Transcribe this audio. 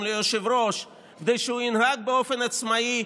ליושב-ראש כדי שהוא ינהג באופן עצמאי,